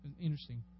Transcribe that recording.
Interesting